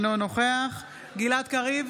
אינו נוכח גלעד קריב,